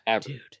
dude